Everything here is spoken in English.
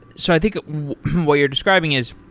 so i think what you're describing is,